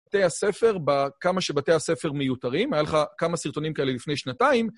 בתי הספר, בכמה שבתי הספר מיותרים, היה לך כמה סרטונים כאלה לפני שנתיים.